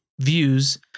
views